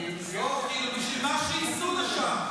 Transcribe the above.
לא, כאילו בשביל מה שייסעו לשם.